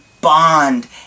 bond